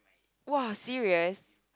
!wah! serious